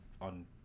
on